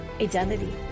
identity